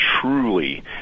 truly